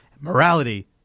Morality